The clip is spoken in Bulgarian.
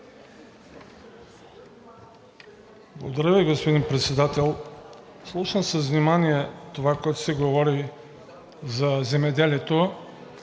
Благодаря, господин Председател. Слушах с внимание това, което се говори за земеделието.